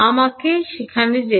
আমরা যখন যেতে